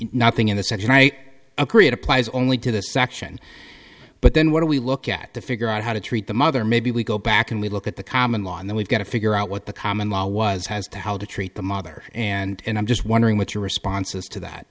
nothing in this section right up create applies only to the section but then what do we look at to figure out how to treat the mother maybe we go back and we look at the common law and then we've got to figure out what the common law was has to how to treat the mother and i'm just wondering what your responses to that